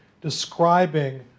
describing